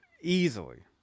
easily